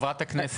שמופיעות בקובץ.